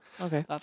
Okay